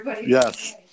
Yes